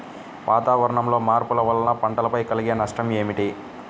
వాతావరణంలో మార్పుల వలన పంటలపై కలిగే నష్టం ఏమిటీ?